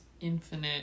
Infinite